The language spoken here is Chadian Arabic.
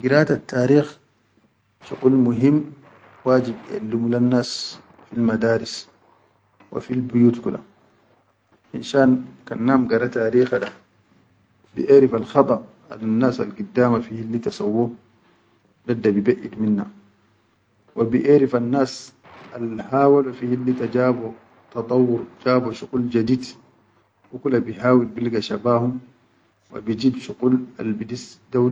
Giratar tariqh shuqul muhim wajib eʼellumu lel nas fil madaris wa fil biyut kula finshan kan nam gara tariqa da, biʼerif al khada al nas giddama fi hillita sawwo dadda bi gaid minna, wa biʼerifan nas al hawalo fi hillita ja bo ta dauwur jabo shuqul jadid hu kula bi hawul bilga shaba hum wa bi jib shuqul al bisis.